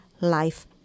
life